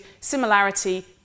similarity